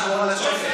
נא לשמור על השקט.